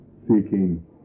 seeking